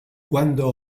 cuándo